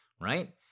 right